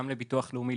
גם לביטוח לאומי,